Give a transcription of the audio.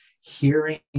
hearing